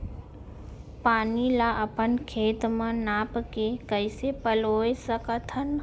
पानी ला अपन खेत म नाप के कइसे पलोय सकथन?